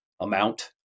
amount